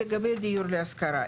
לגבי דיור להשכרה,